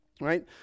right